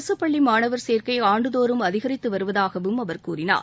அரசு பள்ளி மாணவர் சேர்க்கை ஆண்டுதோறும் அதிகரித்து வருவதாகவும் அவர் கூறினார்